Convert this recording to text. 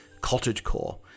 Cottagecore